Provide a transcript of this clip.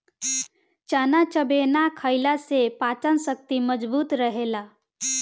चना चबेना खईला से पाचन शक्ति मजबूत रहेला